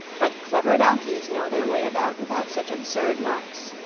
but clever donkeys know their way about without such absurd marks.